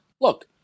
look